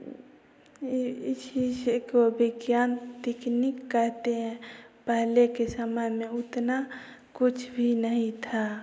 यह इस इस एगो विज्ञान तिकनिक कहते हैं पहले के समय में उतना कुछ भी नहीं था